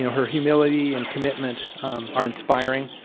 her humility and commitment are inspiring.